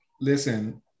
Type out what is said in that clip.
Listen